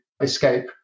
escape